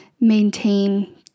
maintain